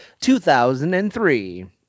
2003